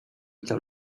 chtěl